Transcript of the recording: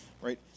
right